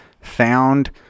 found